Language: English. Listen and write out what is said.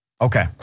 Okay